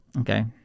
okay